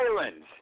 islands